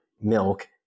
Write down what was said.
milk